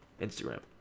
Instagram